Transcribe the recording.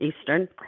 Eastern